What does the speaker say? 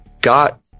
got